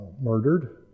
murdered